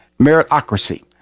Meritocracy